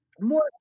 more